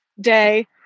day